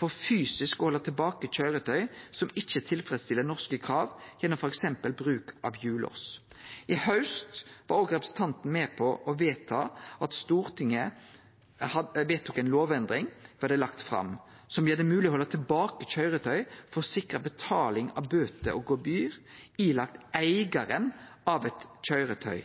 for fysisk å halde tilbake køyretøy som ikkje tilfredsstiller norske krav, gjennom f.eks. bruk av hjullås. I haust var òg representanten i Stortinget med på å vedta ei lovendring som gjer det mogleg å halde tilbake køyretøy for å sikre betaling av bøter og gebyr ilagde eigaren av eit køyretøy.